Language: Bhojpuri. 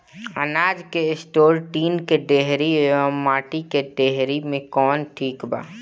अनाज के स्टोर टीन के डेहरी व माटी के डेहरी मे कवन ठीक बा?